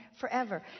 forever